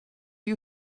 you